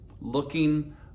looking